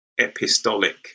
epistolic